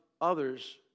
others